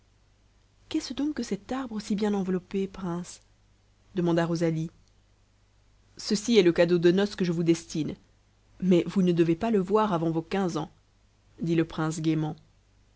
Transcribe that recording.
qu'est-ce donc que cet arbre si bien enveloppé prince demanda rosalie ceci est le cadeau de noces que je vous destine mais vous ne devez pas le voir avant vos quinze ans dit le prince gaiement